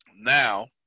Now